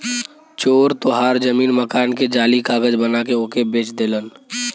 चोर तोहार जमीन मकान के जाली कागज बना के ओके बेच देलन